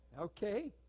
Okay